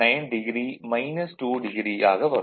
9 o 2o ஆக வரும்